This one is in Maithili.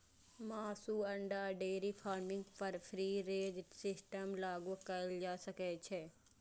मासु, अंडा आ डेयरी फार्मिंग पर फ्री रेंज सिस्टम लागू कैल जा सकै छै